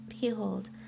Behold